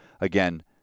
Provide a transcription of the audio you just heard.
Again